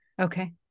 Okay